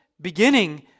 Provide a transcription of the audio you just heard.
beginning